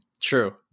True